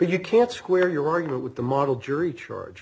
you can't square your argument with the model jury charge